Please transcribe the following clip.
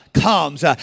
comes